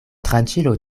tranĉilo